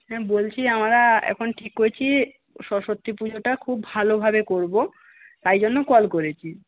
হ্যাঁ বলছি আমরা এখন ঠিক করেছি সরস্বতী পুজোটা খুব ভালোভাবে করবো তাই জন্য কল করেছি